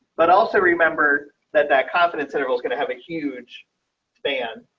but also remember that that confidence interval is going to have a huge fan.